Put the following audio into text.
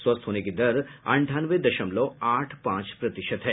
स्वस्थ होने की दर अंठानवे दशमलव आठ पांच प्रतिशत है